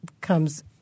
comes